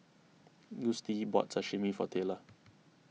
Gustie bought Sashimi for Taylor